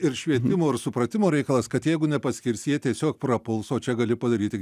ir švietimo ir supratimo reikalas kad jeigu nepaskirsi jie tiesiog prapuls o čia gali padaryti